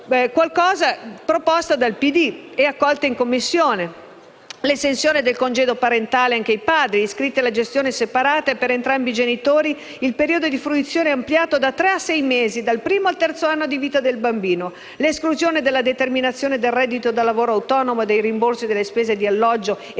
una misura proposta del PD accolta in Commissione. Mi riferisco all'estensione del congedo parentale anche ai padri iscritti alla gestione separata e per entrambi i genitori il periodo di fruizione ampliato da tre a sei mesi e dal primo al terzo anno di vita del bambino; all'esclusione dalla determinazione del reddito da lavoro autonomo dei rimborsi delle spese di alloggio e